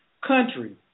country